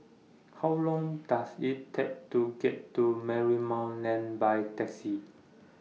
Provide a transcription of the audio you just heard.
How Long Does IT Take to get to Marymount Lane By Taxi